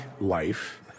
life